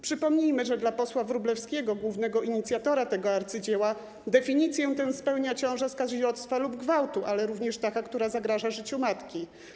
Przypomnijmy, że dla posła Wróblewskiego, głównego inicjatora tego arcydzieła, definicję tę spełnia ciąża z kazirodztwa lub gwałtu, ale również taka, która zagraża życiu matki.